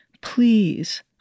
Please